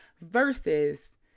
versus